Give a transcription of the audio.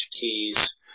Keys